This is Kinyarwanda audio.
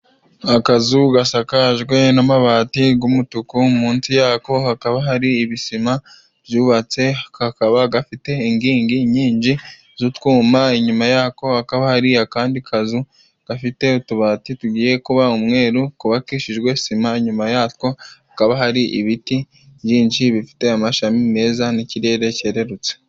Akazu gasakajwe n'amabati g'umutuku munzi yako hakaba hari ibisima byubatse kakaba gafite ingigi nyinji z'utwuma, inyuma yako hakaba hari akandi kazu gafite utubati tugiye kuba umweru, kubakishijwe sima inyuma yatwo hakaba hari ibiti byinji bifite amashami meza n'ikirere cyererutse.